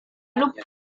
lub